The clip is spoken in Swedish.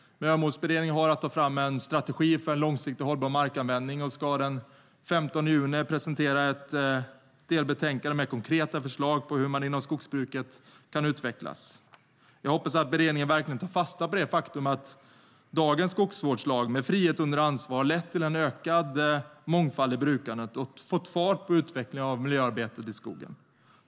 Beredningen har att ta fram en strategi för en långsiktigt hållbar markanvändning och ska den 15 juni presentera ett delbetänkande med konkreta förslag på hur skogsbruket kan utvecklas. Jag hoppas att beredningen verkligen tar fasta på det faktum att dagens skogsvårdslag med frihet under ansvar har lett till en ökad mångfald i brukandet och fått fart på utvecklingen av miljöarbetet i skogen.